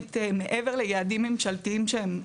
שבאמת מעבר ליעדים ממשלתיים, שהם חשובים,